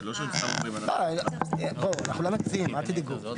בואו אנחנו לא נגזים אל תדאגו.